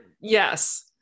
Yes